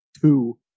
two